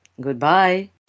Goodbye